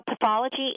pathology